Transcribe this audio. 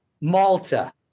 Malta